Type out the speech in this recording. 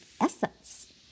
essence